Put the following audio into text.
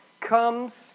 comes